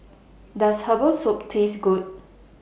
Does Herbal Soup Taste Good